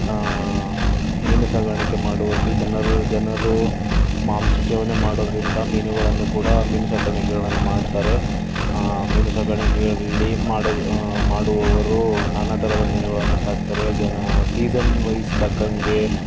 ಮೀನು ಸಾಕಾಣಿಕೆ ಮಾಡುವಲ್ಲಿ ಜನರು ಜನರು ಮಾಂಸ ಸೇವನೆ ಮಾಡೋದರಿಂದ ಮೀನುಗಳನ್ನು ಕೂಡ ಮೀನು ಸಾಕಾಣಿಕೆಗಳನ್ನು ಮಾಡ್ತಾರೆ ಮೀನು ಸಾಕಾಣಿಕೆಯಲ್ಲಿ ಮಾಡುವವರು ನಾನಾ ಥರದ ಮೀನುಗಳನ್ನು ಸಾಕ್ತಾರೆ ಜನ ಸೀಸನ್ ವಯ್ಸ್ ತಕ್ಕಂಗೆ